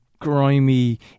grimy